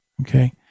okay